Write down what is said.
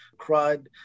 CRUD